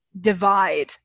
divide